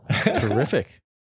Terrific